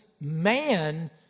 man